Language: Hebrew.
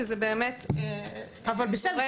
שזה באמת הגורם --- אבל בסדר.